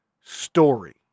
story